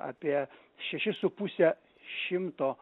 apie šeši su puse šimto